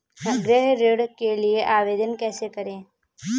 गृह ऋण के लिए आवेदन कैसे करें?